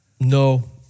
No